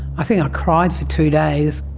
i think i cried for two days.